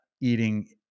eating